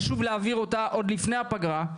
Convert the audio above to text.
חשוב להעביר אותה עוד לפני הפגרה.